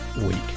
week